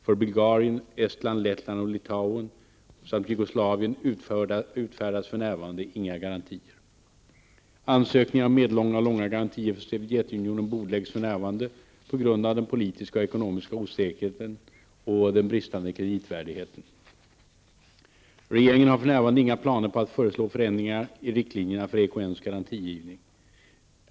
För Bulgarien, Estland, Lettland, Litauen och Jugoslavien utfärdas för närvarande inga garantier. Ansökningen om medellånga och långa garantier för Sovjetunionen bordläggs för närvarande på grund av den politiska och ekonomiska osäkerheten och den bristande kreditvärdigheten. Regeringen har för närvarande inga planer på att föreslå förändringar i riktlinjerna för EKNs garantigivning.